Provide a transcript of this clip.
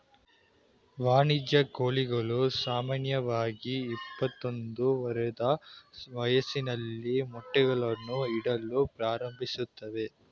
ವಾಣಿಜ್ಯ ಕೋಳಿಗಳು ಸಾಮಾನ್ಯವಾಗಿ ಇಪ್ಪತ್ತೊಂದು ವಾರದ ವಯಸ್ಸಲ್ಲಿ ಮೊಟ್ಟೆಗಳನ್ನು ಇಡಲು ಪ್ರಾರಂಭಿಸ್ತವೆ